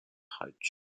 pouch